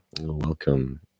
Welcome